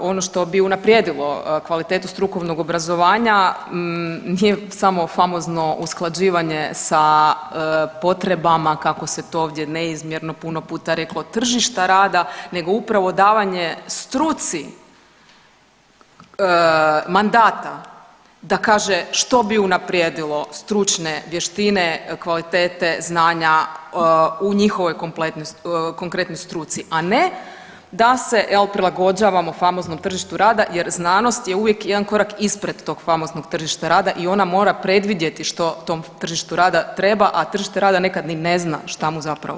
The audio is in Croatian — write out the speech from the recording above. ono što bi unaprijedilo kvalitetu strukovnog obrazovanja nije samo famozno usklađivanje sa potrebama kako se to ovdje neizmjerno puno puta reklo tržišta rada nego upravo davanje struci mandata da kaže što bi unaprijedilo stručne vještine, kvalitete, znanja u njihovoj konkretnoj struci, a ne da se evo prilagođavamo famoznom tržištu rada jer znanost je uvijek jedan korak ispred tog famoznog tržišta rada i ona mora predvidjeti što tom tržištu rada treba, a tržište rada nekad ni ne zna šta mu zapravo treba jel.